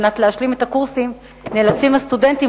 על מנת להשלים את הקורסים נאלצים הסטודנטים